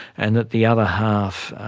and that the other half,